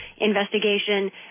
investigation